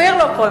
אופיר לא פה.